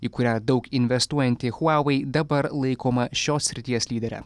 į kurią daug investuojanti huavei dabar laikoma šios srities lydere